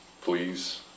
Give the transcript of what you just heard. Please